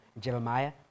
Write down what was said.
Jeremiah